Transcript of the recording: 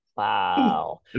Wow